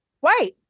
white